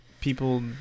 people